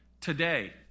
today